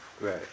Right